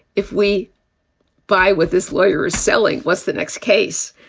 if we buy with this lawyer is selling. what's the next case?